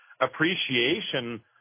appreciation